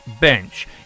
bench